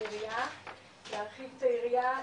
להרחיב את היריעה,